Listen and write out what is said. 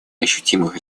ощутимых